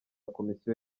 komisiyo